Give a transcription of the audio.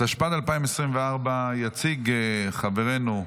התשפ"ד 2024. יציג חברנו,